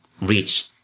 reach